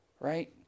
right